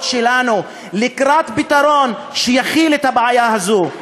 שלנו לקראת פתרון שיכיל את הבעיה הזו,